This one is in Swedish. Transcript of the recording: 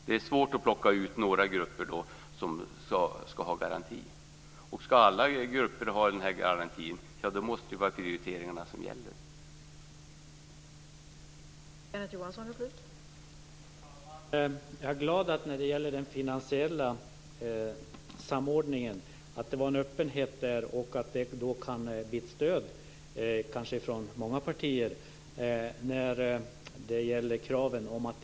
Det är svårt att plocka ut några grupper som ska ha garanti, och om alla grupper ska omfattas av garantin blir det prioriteringarna som kommer att gälla.